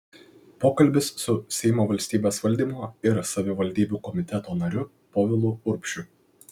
pokalbis su seimo valstybės valdymo ir savivaldybių komiteto nariu povilu urbšiu